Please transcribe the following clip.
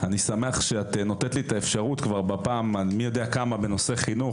אני שמח שאת נותנת לי אפשרות בפעם המי יודע כמה לדבר בנושא חינוך.